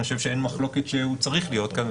אני חושב שאין מחלוקת שהוא צריך להיות כאן.